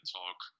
talk